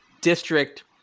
district